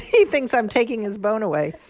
he thinks i'm taking his bone away.